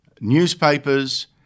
newspapers